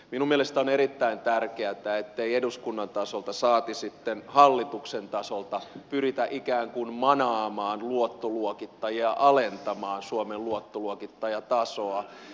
minun mielestäni on erittäin tärkeätä ettei eduskunnan tasolta saati sitten hallituksen tasolta pyritä ikään kuin manaamaan luottoluokittajia alentamaan suomen luottoluokittajatasoa